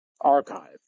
archive